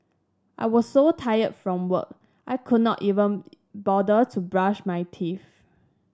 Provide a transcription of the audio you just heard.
I was so tired from work I could not even bother to brush my teeth